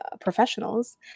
professionals